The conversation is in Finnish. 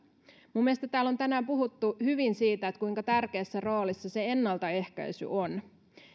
mielestäni täällä on tänään puhuttu hyvin siitä kuinka tärkeässä roolissa ennaltaehkäisy on